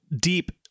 deep